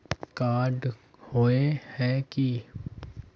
Card होय है की?